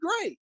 great